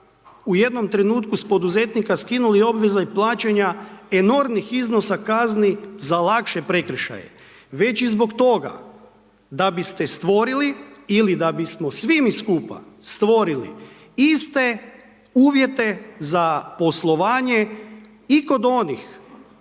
u jednom trenutku s poduzetnika skinuli obveze i plaćanja enormnih iznosa kazni za lakše prekršaje, već i zbog toga da biste stvorili da bismo svi mi skupa stvorili iste uvjete za poslovanje i kod onih